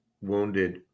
wounded